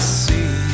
see